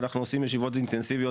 ואנחנו מקיימים ישיבות אינטנסיביות